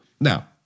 Now